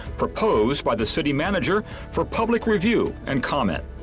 proposed by the city manager for public review and comment.